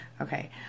okay